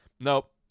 nope